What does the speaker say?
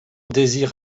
désire